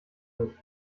nicht